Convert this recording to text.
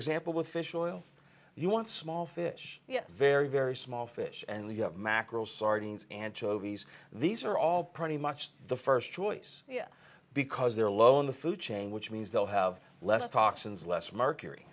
example with fish oil you want small fish yet very very small fish and you have mackerel sardines and jovis these are all pretty much the first choice because they're low on the food chain which means they'll have less toxins less mercury